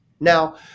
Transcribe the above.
Now